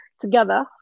together